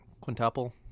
quintuple